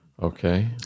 Okay